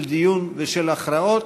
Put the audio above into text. של דיון ושל הכרעות,